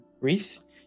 reefs